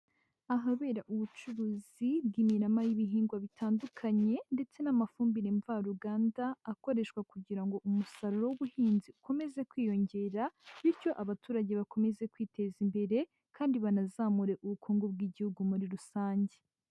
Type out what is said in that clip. Ahabera ubucuruzi bw'imirama y' ibihingwa bitandukanye ndetse n'amafumbire mva ruganda akoreshwa kugira ngo umusaruro w'ubuhinzi ukomeze kwiyongera bityo abaturage bakomeze kwiteza imbere kandi banazamure ubukungu bw'igihugu muri rusange.